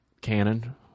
canon